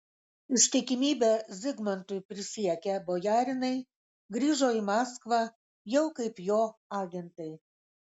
ištikimybę zigmantui prisiekę bojarinai grįžo į maskvą jau kaip jo agentai